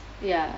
ya